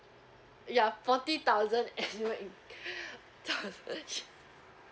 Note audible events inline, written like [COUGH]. ya forty thousand annual inc~ [LAUGHS]